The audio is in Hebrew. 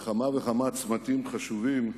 בכמה וכמה צמתים חשובים,